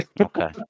Okay